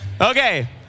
Okay